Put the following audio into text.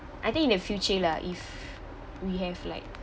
I think in the future lah if we have like